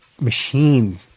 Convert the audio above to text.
machine